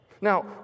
Now